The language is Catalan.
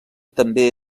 també